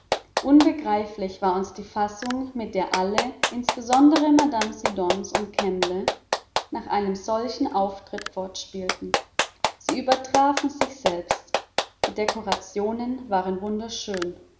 unbegreiflich war uns die fassung mit der alle besonders mme siddons und kemble nach einem solchen auftritt fortspielten sie übertrafen sich selbst die dekorationen waren